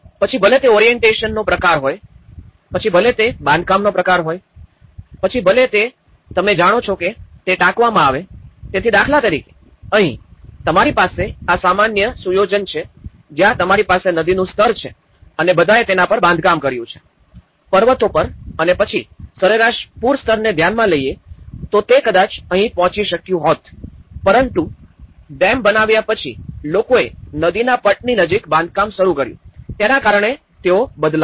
પછી ભલે તે ઓરિએન્ટેશનનો પ્રકાર હોય પછી ભલે તે બાંધકામનો પ્રકાર હોય પછી ભલે જે તમે જાણો છો તે ટાંકવામાં આવે તેથી દાખલા તરીકે અહીં તમારી પાસે આ સામાન્ય સુયોજન છે જ્યાં તમારી પાસે નદીનું સ્તર છે અને બધાએ તેના પર બાંધકામ કર્યું છે પર્વતો પર અને પછી સરેરાશ પૂર સ્તરને ધ્યાનમાં લઈએ તો તે કદાચ અહીં પહોંચી શક્યું હોત પરંતુ ડેમ બનાવ્યા પછી લોકોએ નદીના પટની નજીક બાંધકામ શરૂ કર્યું તેના કારણે તેઓ બદલાયા